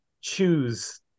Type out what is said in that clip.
choose